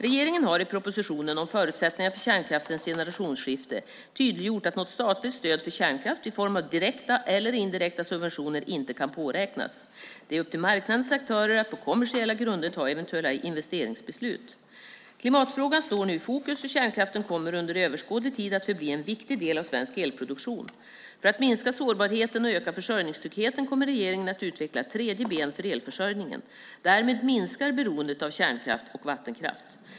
Regeringen har i propositionen om förutsättningar för kärnkraftens generationsskifte tydliggjort att något statligt stöd för kärnkraft, i form av direkta eller indirekta subventioner, inte kan påräknas. Det är upp till marknadens aktörer att på kommersiella grunder fatta eventuella investeringsbeslut. Klimatfrågan står nu i fokus och kärnkraften kommer under överskådlig tid att förbli en viktig del av svensk elproduktion. För att minska sårbarheten och öka försörjningstryggheten kommer regeringen att utveckla ett tredje ben för elförsörjningen. Därmed minskar beroendet av kärnkraft och vattenkraft.